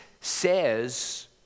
says